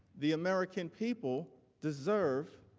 the american people, deserve